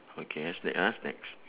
okay ah snack ah snacks